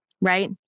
right